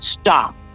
stop